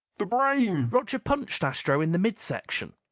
the brain! roger punched astro in the mid-section.